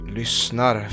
lyssnar